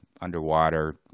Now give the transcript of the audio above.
underwater